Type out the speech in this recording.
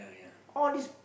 all these